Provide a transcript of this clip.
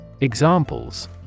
Examples